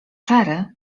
czary